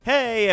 Hey